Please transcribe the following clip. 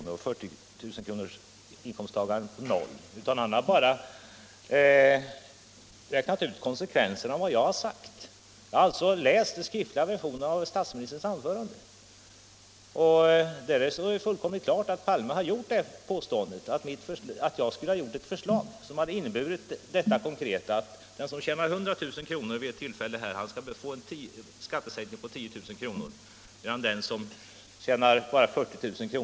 och att 40 000-kronorsinkomsttagarens sänkning skulle bli 0 kr., utan han har bara räknat ut konsekvenserna av vad jag sagt. Jag har läst den skriftliga versionen av statsministerns anförande. Där står fullkomligt klart att herr Palme påstått att jag lagt fram ett förslag som konkret skulle ha inneburit att den som tjänar 100 000 kr. skall få skattesänkning med 10 000 kr., medan den som bara tjänar 40 000 kr.